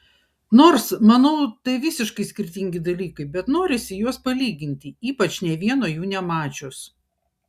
nors manau tai visiškai skirtingi dalykai bet norisi juos palyginti ypač nė vieno jų nemačius